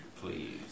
Please